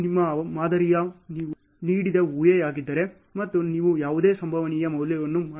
ಇದು ನಿಮ್ಮ ಮಾದರಿಯಲ್ಲಿ ನೀವು ನೀಡಿದ ಊಹೆಯಾಗಿದ್ದರೆ ಮತ್ತು ನೀವು ಯಾವುದೇ ಸಂಭವನೀಯ ಮೌಲ್ಯವನ್ನು ಮಾಡುತ್ತಿದ್ದೀರಿ